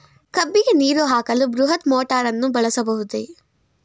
ಕಬ್ಬಿಗೆ ನೀರು ಹಾಕಲು ಬೃಹತ್ ಮೋಟಾರನ್ನು ಬಳಸಬಹುದೇ?